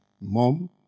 mom